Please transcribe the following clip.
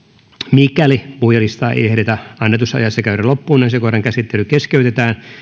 mikäli puhujalistaa ei ehditä annetussa ajassa käydä loppuun asiakohdan käsittely keskeytetään